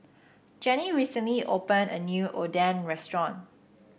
Jenni recently opened a new Oden Restaurant